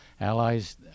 allies